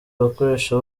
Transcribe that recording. abakoresha